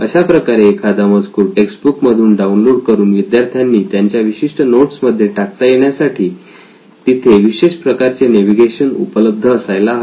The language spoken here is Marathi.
अशा प्रकारे एखादा मजकूर टेक्स बुक मधून डाऊनलोड करून विद्यार्थ्यांनी त्याच्या विशिष्ट नोट्स मध्ये टाकता येण्यासाठी तिथे विशिष्ट प्रकारचे नेव्हिगेशन उपलब्ध असायला हवे